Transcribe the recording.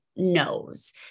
Knows